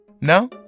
No